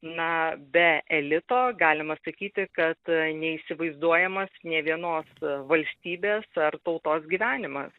na be elito galima sakyti kad neįsivaizduojamas nė vienos valstybės ar tautos gyvenimas